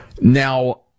Now